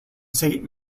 saint